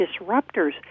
disruptors